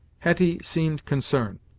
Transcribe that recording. hetty seemed concerned,